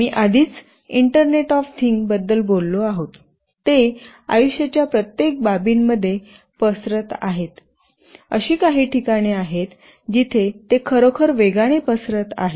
आम्ही आधीच internet of thing बद्दल बोललो आहोत ते आयुष्याच्या प्रत्येक बाबींमध्ये पसरत आहेत अशी काही ठिकाणे आहेत जिथे ते खरोखर वेगाने पसरत आहेत